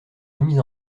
remis